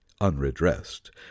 unredressed